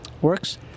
Works